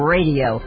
Radio